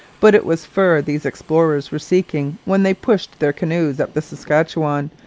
but it was fur these explorers were seeking when they pushed their canoes up the saskatchewan,